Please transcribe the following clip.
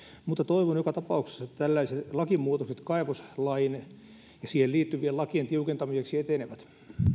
mutta toivon joka tapauksessa että tällaiset lakimuutokset kaivoslain ja siihen liittyvien lakien tiukentamiseksi etenevät